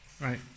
Right